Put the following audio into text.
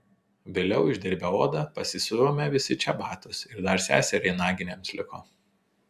vėliau išdirbę odą pasisiuvome visi čebatus ir dar seseriai naginėms liko